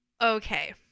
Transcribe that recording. okay